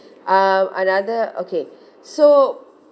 um another okay so